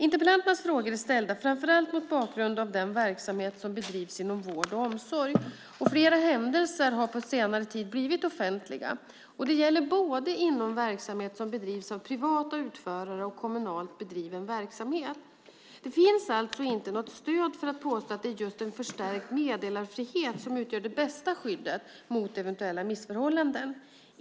Interpellanternas frågor är ställda framför allt mot bakgrund av den verksamhet som bedrivs inom vård och omsorg. Flera händelser har på senare tid blivit offentliga. Det gäller både inom verksamhet som bedrivs av privata utförare och kommunalt bedriven verksamhet. Det finns alltså inte något stöd för att påstå att det just är en förstärkt meddelarfrihet som utgör det bästa skyddet mot eventuella missförhållanden.